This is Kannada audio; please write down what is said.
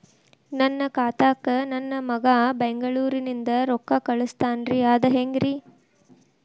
ನನ್ನ ಖಾತಾಕ್ಕ ನನ್ನ ಮಗಾ ಬೆಂಗಳೂರನಿಂದ ರೊಕ್ಕ ಕಳಸ್ತಾನ್ರಿ ಅದ ಹೆಂಗ್ರಿ?